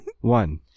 one